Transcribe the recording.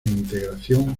integración